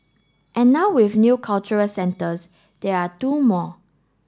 and now with new cultural centres there are two more